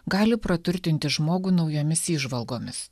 gali praturtinti žmogų naujomis įžvalgomis